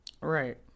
Right